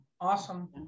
Awesome